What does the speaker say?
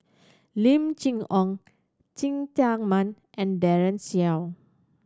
Lim Chee Onn Cheng Tsang Man and Daren Shiau